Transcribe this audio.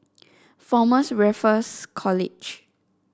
Former's Raffles College